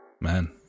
Man